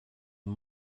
and